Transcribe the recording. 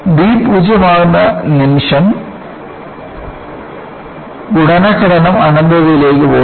b 0 ആകുന്ന നിമിഷം ഗുണന ഘടകം അനന്തതയിലേക്ക് പോകുന്നു